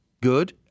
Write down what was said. good